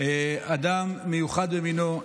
אדם מיוחד במינו,